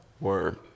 Word